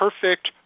perfect